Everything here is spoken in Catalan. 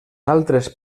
altres